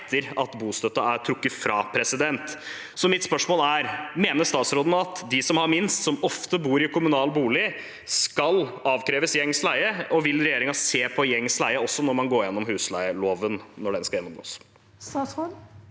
etter at bostøtten er trukket fra. Mitt spørsmål er: Mener statsråden at de som har minst, som ofte bor i en kommunal bolig, skal avkreves gjengs leie, og vil regjeringen se på gjengs leie også når man går gjennom husleieloven? Statsråd Sigbjørn